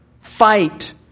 fight